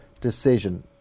decision